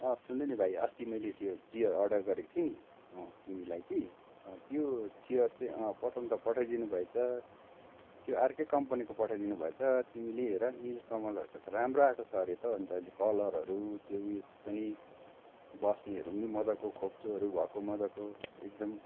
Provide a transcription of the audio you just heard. अँ सुन्नु नि भाइ अस्ति मैले त्यो चियर अर्डर गरेको थिएँ नि अँ तिमीलाई कि त्यो चियर चाहिँ पठाउनु त पठाइदिनु भएछ त्यो अर्कै कम्पनीको पठाइ दिनुभएछ तिमीले हेर निलकमलहरूको त राम्रो आएको छ अरे त हौ अन्त अहिले कलरहरू त्यो ऊ यस पनि बस्नेहरू पनि नि मजाको खोप्चोहरू भएको मजाको एकदम